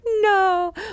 no